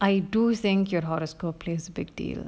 I do think your horoscope will play a big deal